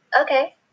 Okay